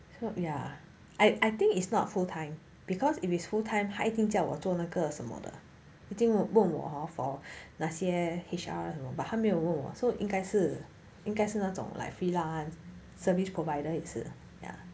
ya I I think is not full time because if it's full time 他一定叫我做那个什么的已经问我 for 那些 H_R you know but 他还没有我 so 应该是应该是那种 like freelance services provider 也是 ya